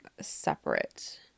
separate